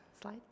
slide